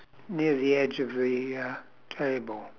near the edge of the uh table